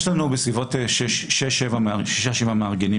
יש לנו בסביבות שישה-שבעה מארגנים